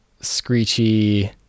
screechy